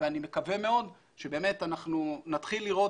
ואני מקווה מאוד שבאמת אנחנו נתחיל לראות